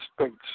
States